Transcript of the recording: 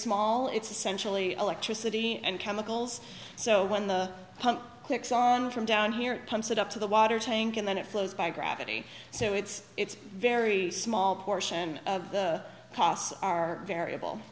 small it's essentially electricity and chemicals so when the pump clicks on from down here comes it up to the water tank and then it flows by gravity so it's it's very small portion of the costs are variable